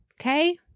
Okay